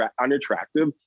unattractive